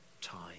time